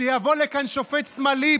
שכשיבוא לכאן שופט שמאלי,